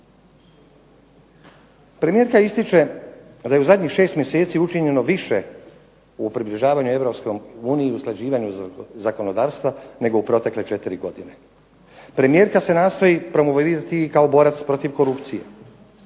Premijerka ističe da je u zadnjih šest mjeseci učinjeno više u približavanju Europskoj uniji i usklađivanju zakonodavstva nego u protekle četiri godine. Premijerka se nastoji promovirati i kao borac protiv korupcije,